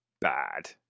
bad